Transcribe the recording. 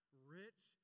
rich